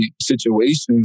situations